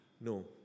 No